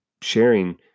sharing